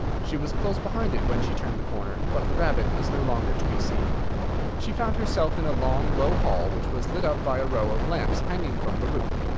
she was close behind it when she turned the corner, but the rabbit was no longer to be seen she found herself in a long, low hall, which was lit up by a row of lamps hanging from the roof.